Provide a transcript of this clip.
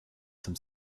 some